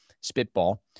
spitball